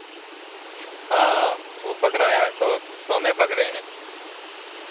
हाँ हाँ वह पकड़ाया है सौ सौ हम पकड़े हैं